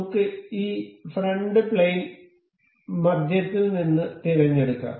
നമുക്ക് ഈ front plane മധ്യത്തിൽ നിന്ന് തിരഞ്ഞെടുക്കാം